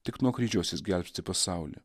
tik nuo kryžiaus jis gelbsti pasaulį